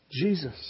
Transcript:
Jesus